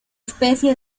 especie